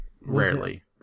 Rarely